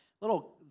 little